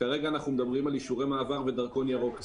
כרגע אנחנו מדברים על אישורי מעבר ודרכון ירוק.